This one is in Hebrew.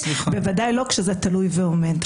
בוודאי לא כשזה תלוי ועומד.